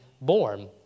born